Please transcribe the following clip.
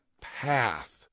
path